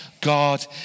God